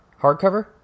hardcover